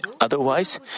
otherwise